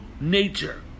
nature